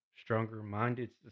stronger-minded